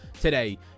today